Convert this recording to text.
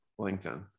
LinkedIn